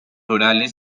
orales